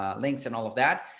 ah links and all of that.